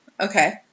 Okay